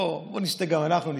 בואו נשתה גם אנחנו.